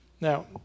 Now